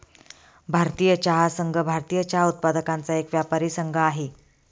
भारतीय चहा संघ, भारतीय चहा उत्पादकांचा एक व्यापारी संघ आहे